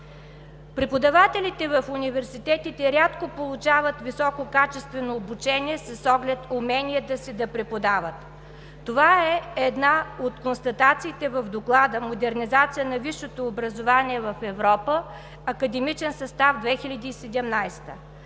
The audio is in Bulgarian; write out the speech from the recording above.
Преподавателите в университетите рядко получават висококачествено обучение, с оглед уменията си да преподават. Това е една от констатациите в доклада „Модернизация на висшето образование в Европа. Академичен състав 2017“,